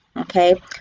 okay